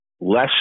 Less